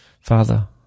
Father